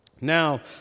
Now